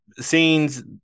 scenes